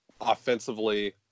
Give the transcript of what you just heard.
offensively